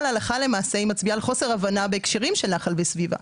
אבל הלכה למעשה היא מצביעה על חוסר הבנה בהקשרים של נחל וסביבה.